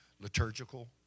liturgical